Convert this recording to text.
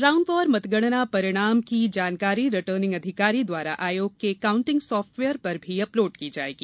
round वार मतगणना परिणाम की जानकारी रिटर्निंग अधिकारी द्वारा आयोग के काउटिंग साफ्टवेयर पर भी अपलोड की जायेगी